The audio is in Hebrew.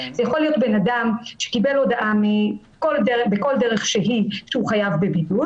הוא יכול להיות בן אדם שקיבל הודעה בכל דרך שהיא שהוא חייב בבידוד